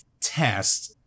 test